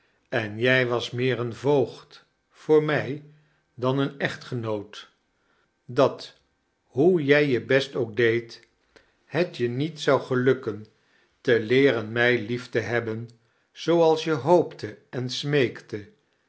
en jij was meer een voogd voor mij dan een echtgenoot dat ho jij je best ook deedt het je ndiet zou gelukken te leeren mij lief te hebben zooals je hoopte en smeekte